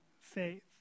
faith